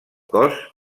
cos